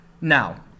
now